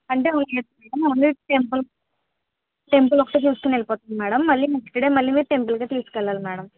అంటే ఏముంది మేడం మేము ఓన్లీ టెంపుల్ టెంపుల్ ఒక్కటే చూసుకుని వెళ్ళిపోతాము మేడం మళ్ళీ నెక్స్ట్ డే మళ్ళీ మీరు టెంపుల్కే తీసుకెళ్ళాలి మేడం